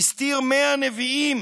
שהסתיר 100 נביאים